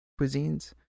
cuisines